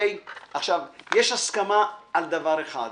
יש הסכמה על דבר אחד,